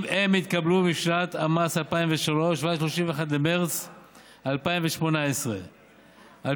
אם הם התקבלו משנת המס 2003 ועד 31 במרס 2018. על